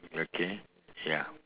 okay ya